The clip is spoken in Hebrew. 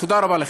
תודה רבה לכם.